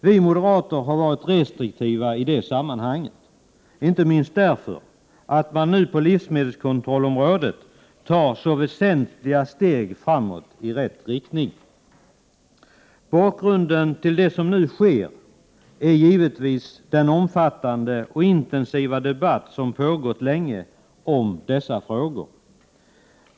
Vi moderater har varit restriktiva i sammanhanget, inte minst därför att man nu på livsmedelskontrollområdet tar så väsentliga steg framåt. Bakgrunden till det som nu sker är givetvis den omfattande och intensiva debatt om dessa frågor som pågått länge.